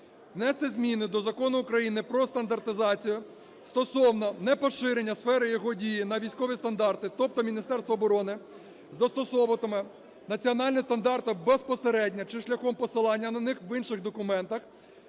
Внести зміни до Закону України "Про стандартизацію" стосовно непоширення сфери його дії на військові стандарти, тобто Міністерство оборони застосовуватиме національні стандарти безпосередньо чи шляхом посилання на них в інших документах,